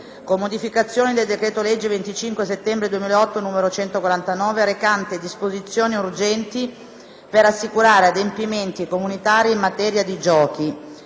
con modificazioni, del decreto-legge 25 settembre 2008, n. 149, recante disposizioni urgenti per assicurare adempimenti comunitari in materia di giochi***